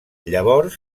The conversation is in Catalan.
llavors